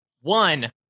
One